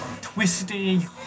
twisty